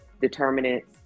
determinants